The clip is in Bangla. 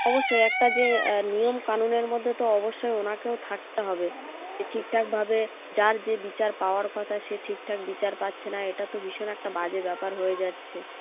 অবশ্যই একটা যে নিয়ম কানুনের মধ্যে তো অবশ্যই ওনাকেও থাকতে হবে যে ঠিকঠাকভাবে যার যে বিচার পাওয়ার কথা সে ঠিকঠাক বিচার পাচ্ছে না এটা তো ভীষণ একটা বাজে ব্যাপার হয় যাচ্ছে